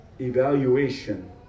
evaluation